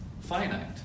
finite